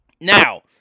Now